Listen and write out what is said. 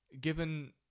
Given